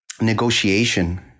negotiation